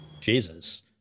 Jesus